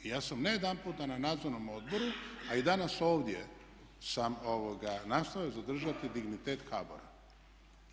I ja sam nejedanputa na nadzornom odboru, a i danas ovdje sam nastojao zadržati dignitet HBOR-a.